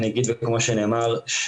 כמו שנאמר,